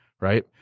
Right